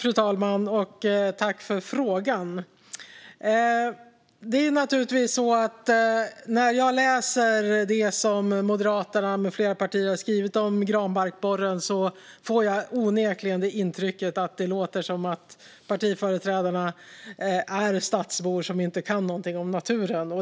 Fru talman! Tack för frågan! När jag läser det som Moderaterna med flera partier har skrivit om granbarkborren får jag onekligen intrycket att det låter som att partiföreträdarna är stadsbor som inte kan någonting om naturen.